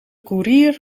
koerier